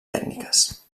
tècniques